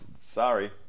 Sorry